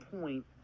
point